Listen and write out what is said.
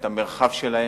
את המרחב שלהם,